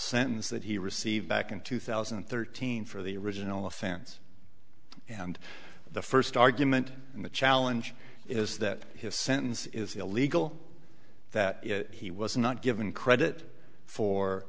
sentence that he received back in two thousand and thirteen for the original offense and the first argument in the challenge is that his sentence is illegal that he was not given credit for